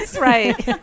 Right